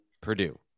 Purdue